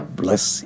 bless